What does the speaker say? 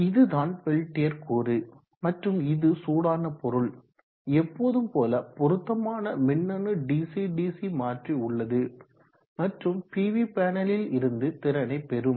இதுதான் பெல்டியர் கூறு மற்றும் இது சூடான பொருள் எப்போதும் போல பொருத்தமான மின்ணணு டிசிடிசி மாற்றி உள்ளது மற்றும் பிவி பேனலில் இருந்து திறனை பெறும்